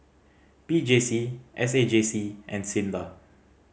P J C S A J C and SINDA